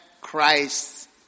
Christ